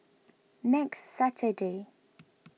next Saturday